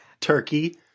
turkey